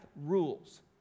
rules